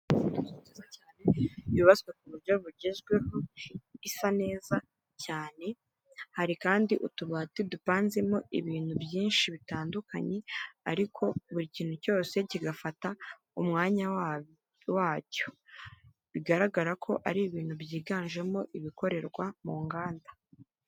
Yubatswe ku buryo bugezweho isa neza cyane hari kandi utubati dupanzemo ibintu byinshi bitandukanye ariko buri kintu cyose kigafata umwanya wa wacyo bigaragara ko ari ibintu byiganjemo ibikorerwa mu nganda.